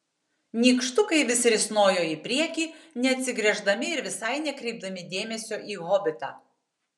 nykštukai vis risnojo į priekį neatsigręždami ir visai nekreipdami dėmesio į hobitą